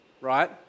Right